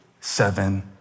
seven